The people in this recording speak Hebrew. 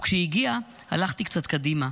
וכשהוא הגיע הלכתי קצת קדימה.